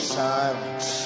silence